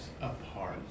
apart